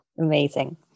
Amazing